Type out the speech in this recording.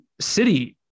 city